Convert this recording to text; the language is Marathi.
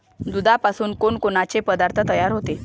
दुधापासून कोनकोनचे पदार्थ तयार होते?